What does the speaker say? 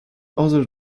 other